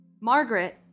Margaret